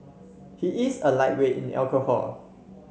he is a lightweight in alcohol